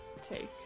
take